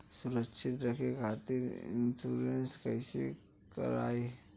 सुरक्षित रहे खातीर इन्शुरन्स कईसे करायी?